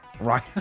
Right